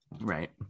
right